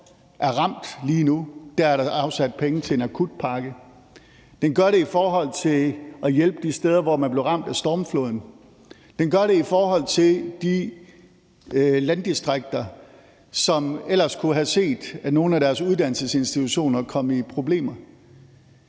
er ramt lige nu, og hvor der er afsat penge til en akutpakke; den gør det i forhold til at hjælpe de steder, hvor man blev ramt af stormfloden; den gør det i forhold til de landdistrikter, som ellers kunne have set nogle af deres uddannelsesinstitutioner komme i problemer.